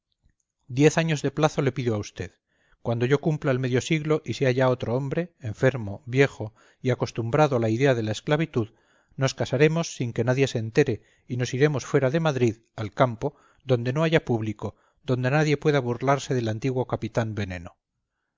diez años de plazo le pido a usted cuando yo cumpla el medio siglo y sea ya otro hombre enfermo viejo y acostumbrado a la idea de la esclavitud nos casaremos sin que nadie se entere y nos iremos fuera de madrid al campo donde no haya público donde nadie pueda burlarse del antiguo capitán veneno